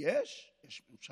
כי יש ממשלה,